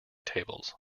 tables